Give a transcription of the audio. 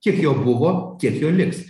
kiek jo buvo tiek jo liks